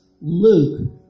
Luke